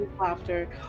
Laughter